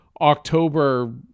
October